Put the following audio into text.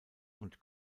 und